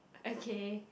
okay